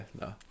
no